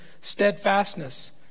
steadfastness